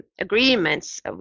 agreements